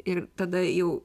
ir tada jau